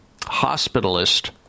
hospitalist